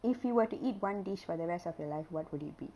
if you were to eat one dish for the rest of your life what would it be